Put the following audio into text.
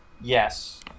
Yes